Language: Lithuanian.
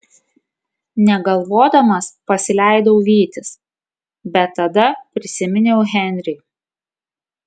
negalvodamas pasileidau vytis bet tada prisiminiau henrį